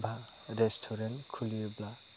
एबा रेस्टुरेन्ट खुलियोब्ला